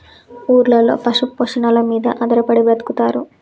ఊర్లలో పశు పోషణల మీద ఆధారపడి బతుకుతారు